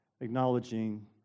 acknowledging